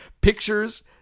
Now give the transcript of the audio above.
pictures